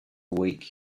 week